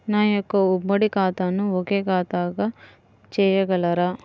నా యొక్క ఉమ్మడి ఖాతాను ఒకే ఖాతాగా చేయగలరా?